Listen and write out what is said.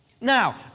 Now